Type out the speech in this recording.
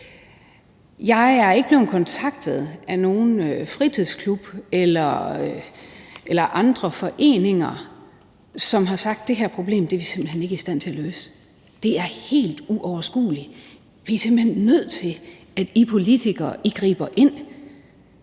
Jeg er ikke blevet kontaktet af nogen fritidsklub eller andre foreninger, som har sagt: Det her problem er vi simpelt hen ikke i stand til at løse; det er helt uoverskueligt; vi er simpelt hen nødt til at bede jer politikere om at gribe ind.